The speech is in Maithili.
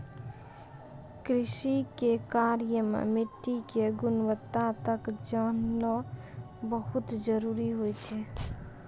कृषि के कार्य मॅ मिट्टी के गुणवत्ता क जानना बहुत जरूरी होय छै